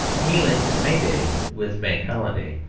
he links may day with bank holiday,